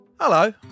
Hello